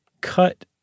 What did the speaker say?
cut